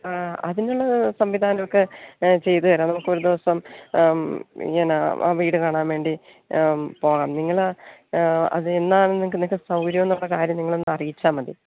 ആ അതിനുള്ള സംവിധാനമൊക്കെ ചെയ്തു തരാം നമുക്ക് ഒരു ദിവസം ഇങ്ങന ആ വീട് കാണാൻ വേണ്ടി പോകാം നിങ്ങൾ അത് എന്നാണ് നിങ്ങൾക്ക് നിങ്ങൾക്ക് സൗകര്യം എന്നുള്ള കാര്യം നിങ്ങൾ ഒന്ന് അറിയിച്ചാൽ മതി